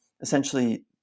essentially